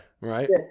Right